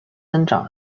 增长